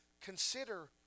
Consider